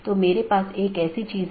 तो यह पूरी तरह से मेष कनेक्शन है